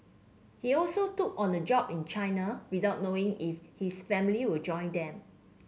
he also took on the job in China without knowing if his family will join them